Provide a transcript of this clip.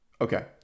Okay